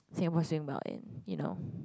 Singapore swim about in you know